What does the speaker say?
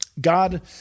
God